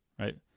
right